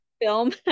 film